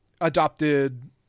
adopted